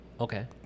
Okay